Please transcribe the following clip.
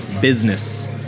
business